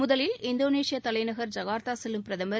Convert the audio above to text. முதலில் இந்தோனேஷிய தலைநகர் ஜகார்த்தா செல்லும் பிரதமர்